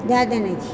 दए देने छी